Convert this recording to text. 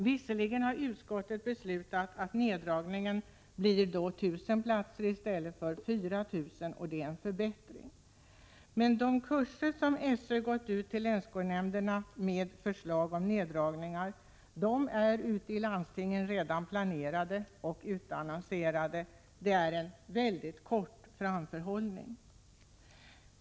Visserligen har utskottet beslutat att neddragningen blir 1 000 platser istället för 4 000 platser — det är en förbättring— men de kurser som SÖ gått ut med till länsskolnämnderna med förslag om neddragningar är redan planerade ute i landstingen och utannonserade. Det är en väldigt dålig framförhållning.